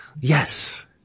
Yes